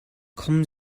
kommen